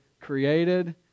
created